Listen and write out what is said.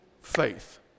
faith